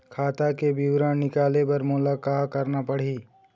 खाता के विवरण निकाले बर मोला का करना पड़ही?